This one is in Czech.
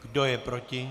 Kdo je proti?